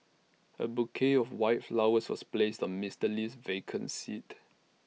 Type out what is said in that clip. A bouquet of white flowers was placed on Mister Lee's vacant seat